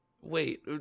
Wait